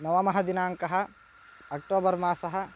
नवमः दिनाङ्कः अक्टोबर् मासः